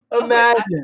Imagine